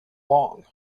long